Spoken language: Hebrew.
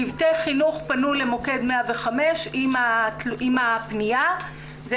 צוותי חינוך פנו למוקד 105 עם הפנייה וזה